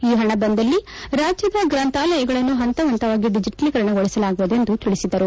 ಈ ಹಣ ಬಂದಲ್ಲಿ ರಾಜ್ಯದ ಗ್ರಂಥಾಲಯಗಳನ್ನು ಹಂತಹಂತವಾಗಿ ಡಿಜೆಟಲೀಕರಣಗೊಳಿಸಲಾಗುವುದು ಎಂದು ತಿಳಿಸಿದರು